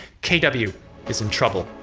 kw is in trouble.